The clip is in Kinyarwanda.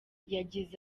yagize